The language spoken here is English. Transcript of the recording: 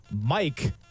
mike